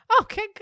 okay